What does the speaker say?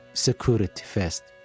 security first,